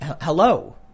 hello